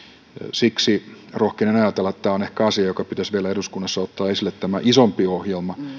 siksi rohkenen ajatella että tämä on ehkä asia joka pitäisi vielä eduskunnassa ottaa esille tämä isompi ohjelma